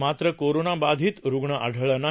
मात्र कोरोना बाधित रुग्ण आढळला नाही